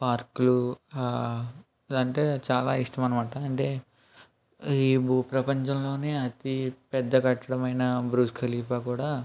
పార్కులు ఆ అంటే చాలా ఇష్టం అన్నమాట అంటే ఈ భూ ప్రపంచంలోనే అతి పెద్ద కట్టడమైన బుర్జ్ ఖలీఫా కూడా